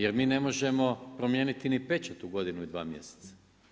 Jer mi ne možemo promijeniti ni pečat u godinu i dva mjeseca.